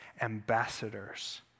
ambassadors